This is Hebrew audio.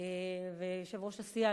ויושב-ראש הסיעה,